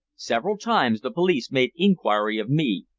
several times the police made inquiry of me,